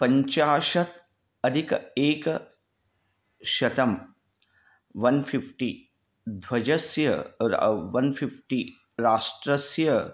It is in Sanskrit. पञ्चाशदधिकम् एकशतं वन् फ़िफ़्टि ध्वजस्य वन् फ़िफ़्टि राष्ट्रस्य